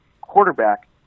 quarterback